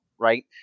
Right